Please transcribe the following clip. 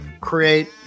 create